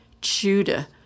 Judah